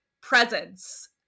presence